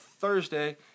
Thursday